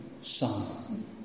son